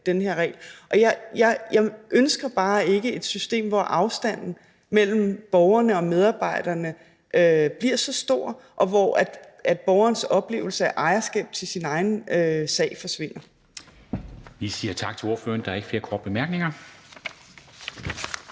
den her regel. Jeg ønsker bare ikke et system, hvor afstanden mellem borgerne og medarbejderne bliver så stor, og hvor borgerens oplevelse af ejerskab til sin egen sag forsvinder. Kl. 10:58 Formanden (Henrik Dam Kristensen): Vi siger tak til ordføreren. Der er ikke flere korte bemærkninger.